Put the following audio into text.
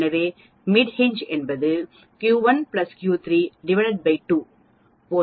எனவே மிட்ஹிங் என்பது Q1 Q3 2 போன்ற நடுத்தர புள்ளியைத் தவிர வேறில்லை